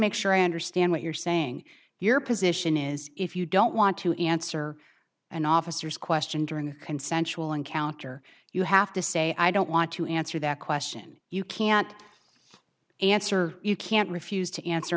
make sure i understand what you're saying your position is if you don't want to answer and officers question during the consensual encounter you have to say i don't want to answer that question you can't answer you can't refuse to answer